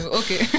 okay